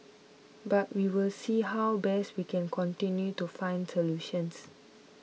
but we will see how best we can continue to find solutions